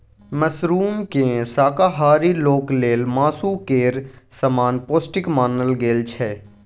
मशरूमकेँ शाकाहारी लोक लेल मासु केर समान पौष्टिक मानल गेल छै